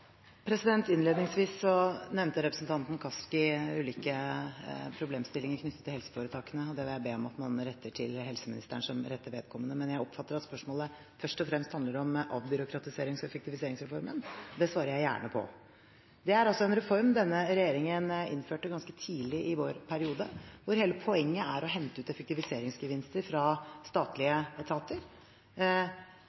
Innledningsvis nevnte representanten Kaski ulike problemstillinger knyttet til helseforetakene. De spørsmålene vil jeg be om at man retter til helseministeren som rette vedkommende. Jeg oppfatter at spørsmålet først og fremst handler om avbyråkratiserings- og effektiviseringsreformen, og det svarer jeg gjerne på. Det er en reform denne regjeringen innførte ganske tidlig i vår periode, hvor hele poenget er å hente ut effektiviseringsgevinster fra statlige